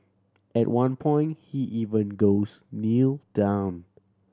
at one point he even goes Kneel down